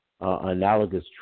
analogous